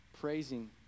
praising